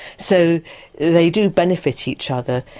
so they do benefit each other.